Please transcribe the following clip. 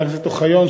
וחבר הכנסת אוחיון,